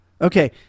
Okay